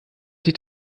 sich